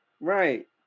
Right